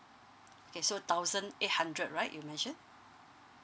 okay so thousand eight hundred right you mentioned